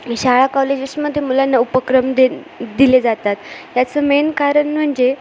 शाळा कॉलेजेसमध्ये मुलांना उपक्रम दे दिले जातात याचं मेन कारण म्हणजे